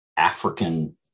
African